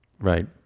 Right